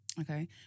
Okay